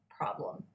problem